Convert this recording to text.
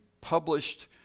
published